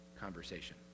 conversation